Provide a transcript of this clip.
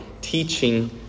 teaching